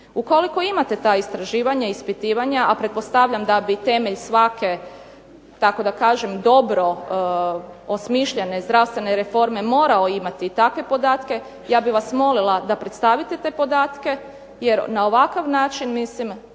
Ukoliko imate ta istraživanja i ispitivanja, a pretpostavljam da bi temelj svake tako da kažem dobro osmišljene zdravstvene reforme morao imati takve podatke, ja bih vas molila da predstavite te podatke, jer ovakav način mislim